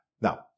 Now